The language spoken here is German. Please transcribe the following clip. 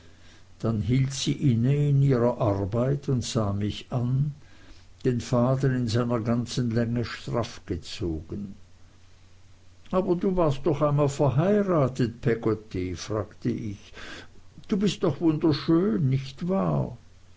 dann hielt sie inne in ihrer arbeit und sah mich an den faden in seiner ganzen länge straffgezogen aber du warst doch einmal verheiratet peggotty fragte ich du bist doch wunderschön nicht wahr